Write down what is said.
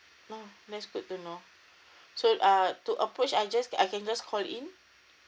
oh that's good to know so uh to approach I just I can just call in